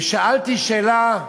ושאלתי שאלה,